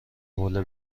حوله